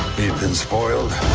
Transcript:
been spoiled.